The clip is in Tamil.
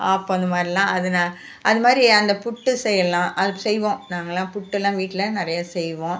ஆப்பம் அந்த மாதிரிலாம் அது நான் அது மாதிரி அந்த புட்டு செய்யலாம் அது செய்வோம் நாங்கலாம் புட்டெல்லாம் வீட்டில் நிறையா செய்வோம்